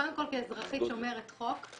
קודם כל כאזרחית שומרת חוק,